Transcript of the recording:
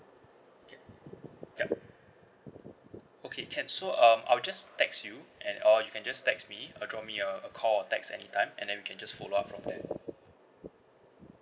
ya yup okay can so um I'll just text you and or you can just text me or drop me a a call or text anytime and then we can just follow up from there